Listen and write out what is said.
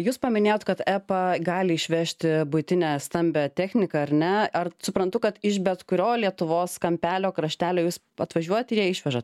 jūs paminėjote kad epa gali išvežti buitinę stambią techniką ar ne ar suprantu kad iš bet kurio lietuvos kampelio kraštelio jūs atvažiuojat ir ją išvežat